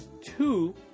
Two